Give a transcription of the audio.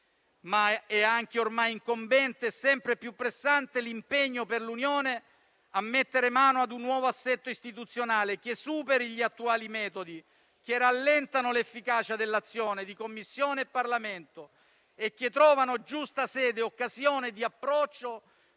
tuttavia ormai incombente e sempre più pressante anche l'impegno per l'Unione a mettere mano a un nuovo assetto istituzionale che superi gli attuali metodi che rallentano l'efficacia dell'azione di Commissione e Parlamento e che trovano giusta sede e occasione di approccio